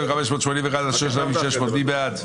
רוויזיה על הסתייגויות 3560-3541, מי בעד?